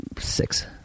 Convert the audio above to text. Six